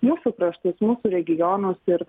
mūsų kraštus mūsų regionus ir